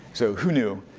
so who knew.